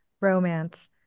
romance